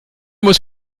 muss